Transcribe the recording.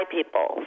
people